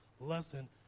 lesson